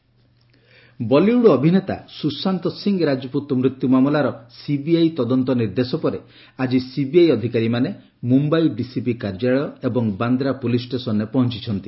Sushant CBI Bollywood ଅଭିନେତା ସୁଶାନ୍ତ ସିଂହ ରାଜପୁତ୍ ମୃତ୍ୟୁ ମାମଲାର ସିବିଆଇ ତଦନ୍ତ ନିର୍ଦ୍ଦେଶ ପରେ ଆଜି ସିବିଆଇ ଅଧିକାରୀମାନେ ମୁମ୍ୟାଇ ଡିସିପି କାର୍ଯ୍ୟାଳୟ ଏବଂ ବାନ୍ଦ୍ରା ପୁଲିସ୍ ଷ୍ଟେସନ୍ରେ ପହଞ୍ଚୁଛନ୍ତି